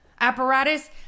apparatus